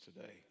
today